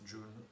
June